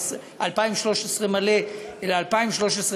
אלא 2013,